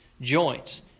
joints